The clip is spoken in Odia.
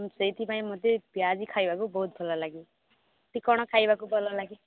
ହୁଁ ସେଇଥିପାଇଁ ମୋତେ ପିଆଜି ଖାଇବାକୁ ବହୁତ ଭଲ ଲାଗେ ତୋତେ କଣ ଖାଇବାକୁ ଭଲ ଲାଗେ